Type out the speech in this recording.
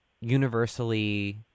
universally